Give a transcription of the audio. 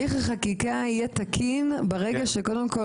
הליך החקיקה יהיה תקין ברגע שקודם כל